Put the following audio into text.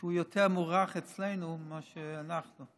שהוא יותר מוערך אצלנו ממה שאנחנו.